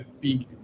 big